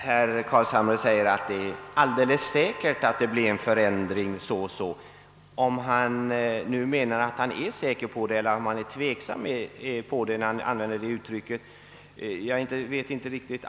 Herr talman! Herr Carlshamre säger att det är »alldeles säkert» att det blir en förändring så och så. Om herr Carlshamre, när han använder detta uttryck, menar att han är säker på saken eller om han är tveksam vet jag inte riktigt.